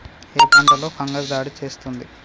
ఏ పంటలో ఫంగస్ దాడి చేస్తుంది?